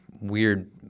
weird